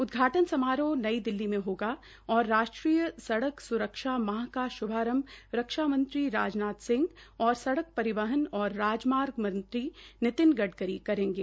उदघाटन समारोह नई दिल्ली में होगा और राष्ट्रीय सड़क स्रक्षा माह का श्भारंभ रक्षा मंत्री राजनाथ सिंह और सड़क परिवहन और राजमार्ग मंत्री नितिन गडकरी करेंगे